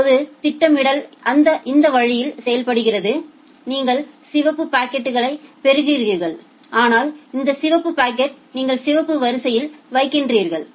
இப்போது திட்டமிடல் இந்த வழியில் செயல்படுகிறது நீங்கள் ஒரு சிவப்பு பாக்கெட்டை பெறுகிறீர்களானால் இந்த சிவப்பு பாக்கெட்டை நீங்கள் சிவப்பு வரிசையில் வைக்கிறீர்கள்